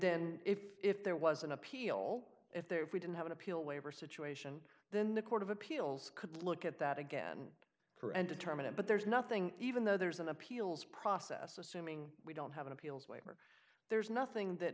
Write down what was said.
then if there was an appeal if there if we didn't have an appeal waiver situation then the court of appeals could look at that again her and determine it but there's nothing even though there's an appeals process assuming we don't have an appeals waiver there's nothing that